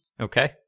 Okay